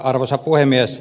arvoisa puhemies